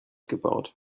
gebaut